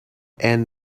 and